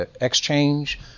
exchange